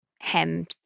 hem